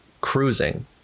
cruising